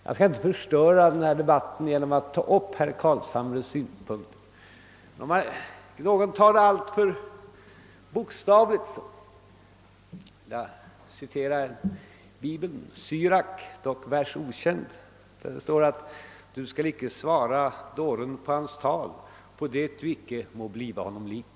Jag skall inte förstöra denna debatt genom att ta upp herr Carlshamres synpunkter. Jag citerar Syrak, vers okänd: »Du skall icke svara dåren på hans tal, på det att du icke må bliva honom lik.»